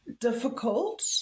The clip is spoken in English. difficult